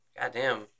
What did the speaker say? Goddamn